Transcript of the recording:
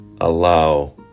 allow